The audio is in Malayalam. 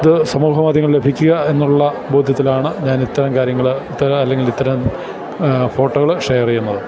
ഇതു സമൂഹ മാധ്യമങ്ങളില് ലഭിക്കുക എന്നുള്ള ബോധ്യത്തിലാണു ഞാൻ ഇത്തരം കാര്യങ്ങള് ഇത്തരം അല്ലെങ്കിൽ ഇത്തരം ഫോട്ടോകള് ഷെയറെയ്യുന്നത്